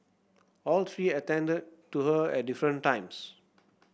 all three attended to her at different times